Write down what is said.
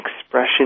expression